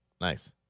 Nice